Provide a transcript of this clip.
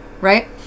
Right